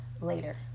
later